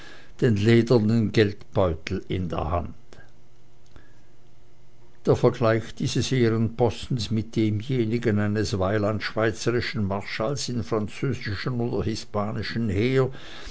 den ledernen geldbeutel in der hand der vergleich dieses ehrenpostens mit demjenigen eines weiland schweizerischen marschalls im französischen oder hispanischen heere